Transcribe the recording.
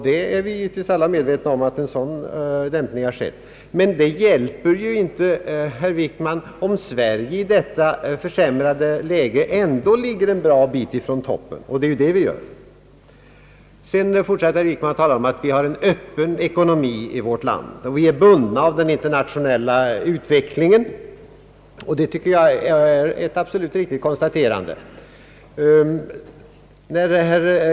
Vi är givetvis alla medvetna om att en sådan dämpning har skett, men det hjälper ju inte, herr Wickman, om Sverige i detta försämrade läge ändå ligger en bra bit från toppen. Det är det vi gör. Herr Wickman fortsatte med att tala om att vi har en öppen ekonomi i vårt land och att vi är bundna av den internationella utvecklingen. Det är ett riktigt konstaterande.